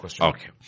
Okay